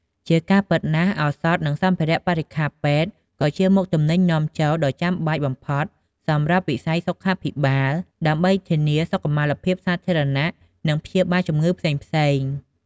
ជាការពិតណាស់ ឱសថ និងសម្ភារៈបរិក្ខារពេទ្យ ក៏ជាមុខទំនិញនាំចូលដ៏ចាំបាច់បំផុតសម្រាប់វិស័យសុខាភិបាល ដើម្បីធានាសុខុមាលភាពសាធារណៈ និងព្យាបាលជំងឺផ្សេងៗ។